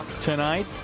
tonight